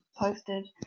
posted